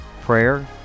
prayer